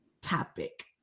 topic